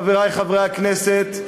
חברי חברי הכנסת,